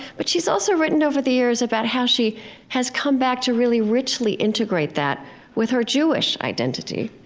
but she's also written over the years about how she has come back to really richly integrate that with her jewish identity,